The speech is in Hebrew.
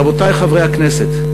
רבותי חברי הכנסת,